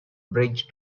bridge